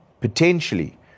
potentially